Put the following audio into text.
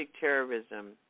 terrorism